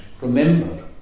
remember